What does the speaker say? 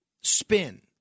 Spin